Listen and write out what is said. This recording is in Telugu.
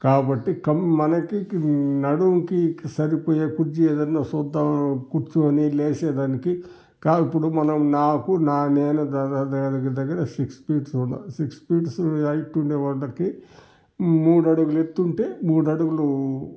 కాబట్టి కం మనకి నడుంకి సరిపోయే కుర్చి ఏదన్నా చూద్దాం కూర్చుని లేసేదానికి కాదు ఇప్పుడు మనం నాకు నా నేను దదగ్గరదగ్గర సిక్సు ఫీట్ ఉన్నా సిక్సు ఫీటు హైట్ ఉండే వాళ్ళకి మూడు అడుగులు ఎత్తు ఉంటే మూడు అడుగులు